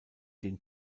den